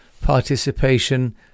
participation